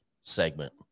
segment